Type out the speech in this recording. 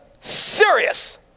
serious